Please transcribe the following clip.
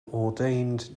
ordained